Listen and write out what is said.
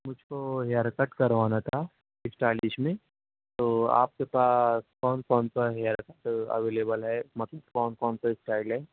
مجھ کو haircut کروانا تھا اسٹائیلش میں تو آپ کے پاس کون کون سا ہئیر کٹ اویلیبل ہے مطلب کون کون سے اسٹائیل ہے